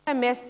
puhemies